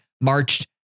marched